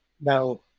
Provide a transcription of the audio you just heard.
now